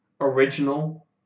original